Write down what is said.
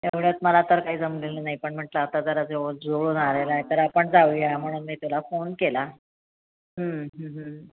एवढ्यात मला तर काही जमलेलं नाही पण म्हटलं आता जरा जवळ जुळून आलेला आहे तर आपण जाऊया म्हणून मी तुला फोन केला